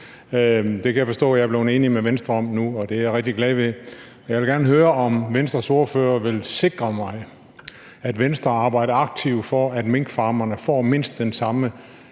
Det kan jeg forstå at jeg er blevet enig med Venstre om nu, og det er jeg rigtig glad ved. Jeg vil gerne høre, om Venstres ordfører vil sikre mig, at Venstre arbejder aktivt for, at minkfarmerne får mindst den samme